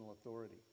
authority